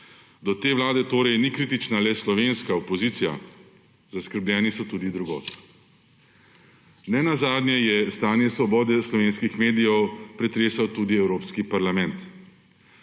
Do te vlade torej ni kritična le slovenska opozicija, zaskrbljeni so tudi drugod. Ne nazadnje je stanje svobode slovenskih medijev pretresal tudi Evropski parlament.